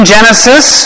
Genesis